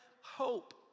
hope